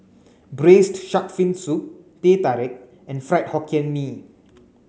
braised shark fin soup Teh Tarik and Fried Hokkien Mee